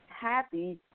happy